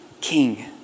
king